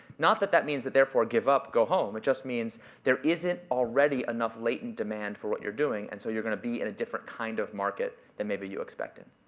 not that that means that therefore give up, go home. it just means there isn't already enough latent demand for what you're doing. and so you're gonna be in a different kind of market then maybe you expected.